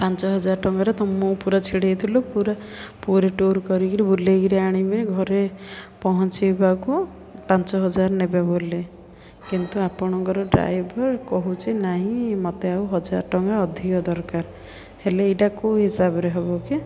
ପାଞ୍ଚ ହଜାର ଟଙ୍କାରେ ତ ମୁଁ ପୁରା ଛିଡ଼େଇଥିଲୁ ପୁରା ପୁରୀ ଟୁର୍ କରିକିରି ବୁଲେଇକରି ଆଣିବେ ଘରେ ପହଞ୍ଚେଇବାକୁ ପାଞ୍ଚ ହଜାର ନେବେ ବୋଲି କିନ୍ତୁ ଆପଣଙ୍କର ଡ୍ରାଇଭର କହୁଛି ନାହିଁ ମୋତେ ଆଉ ହଜାର ଟଙ୍କା ଅଧିକ ଦରକାର ହେଲେ ଏଇଟା କେଉଁ ହିସାବରେ ହବ କି